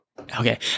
Okay